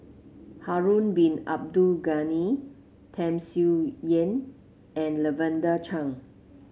Harun Bin Abdul Ghani Tham Sien Yen and Lavender Chang